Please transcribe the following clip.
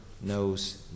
knows